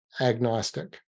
agnostic